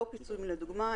לא פיצויים לדוגמה.